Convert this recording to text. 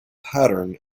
patterns